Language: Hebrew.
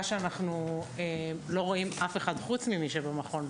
שאנחנו לא רואים אף אחד חוץ ממי שבמכון,